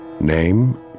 Name